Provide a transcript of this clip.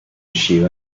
issue